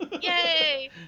yay